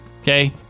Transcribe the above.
Okay